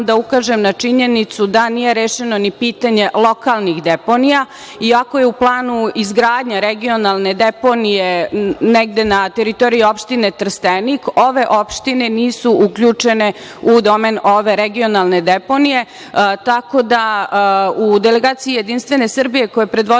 da ukažem na činjenicu da nije rešeno ni pitanje lokalnih deponija iako je u planu izgradnja regionalne deponije negde na teritoriji opštine Trstenik, ove opštine nisu uključene u domen ove regionalne deponije.U delegaciji JS, koju je predvodio